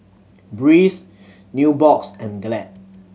Breeze Nubox and Glad